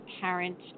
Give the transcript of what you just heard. parent